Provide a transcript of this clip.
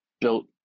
built